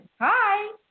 Hi